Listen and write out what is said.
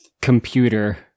computer